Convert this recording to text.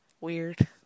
weird